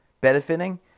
benefiting